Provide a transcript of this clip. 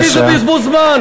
לפי דעתי זה בזבוז זמן.